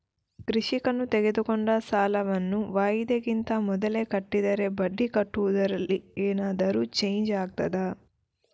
ಕೃಷಿಕನು ತೆಗೆದುಕೊಂಡ ಸಾಲವನ್ನು ವಾಯಿದೆಗಿಂತ ಮೊದಲೇ ಕಟ್ಟಿದರೆ ಬಡ್ಡಿ ಕಟ್ಟುವುದರಲ್ಲಿ ಏನಾದರೂ ಚೇಂಜ್ ಆಗ್ತದಾ?